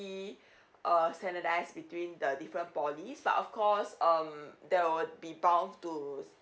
pretty uh standardised between the different P_O_L_Ys but of course um that would be bound to